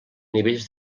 nivells